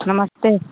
नमस्ते